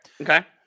Okay